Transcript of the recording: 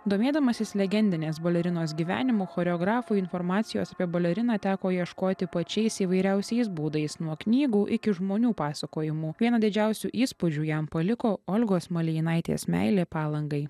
domėdamasis legendinės balerinos gyvenimu choreografui informacijos apie baleriną teko ieškoti pačiais įvairiausiais būdais nuo knygų iki žmonių pasakojimų vieno didžiausių įspūdžių jam paliko olgos malėjinaitės meilė palangai